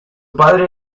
padre